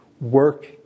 work